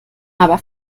aber